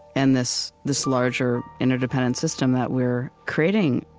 and this this larger interdependent system that we're creating,